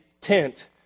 tent